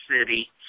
City